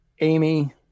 Amy